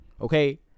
Okay